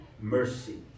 mercy